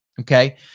Okay